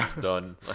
done